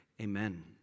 amen